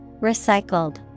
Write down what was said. recycled